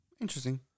interesting